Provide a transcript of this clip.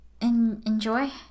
enjoy